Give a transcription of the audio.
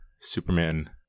Superman